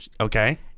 Okay